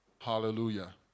Hallelujah